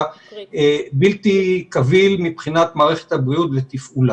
בלתי קביל מבחינת מערכת הבריאות לתפעולה.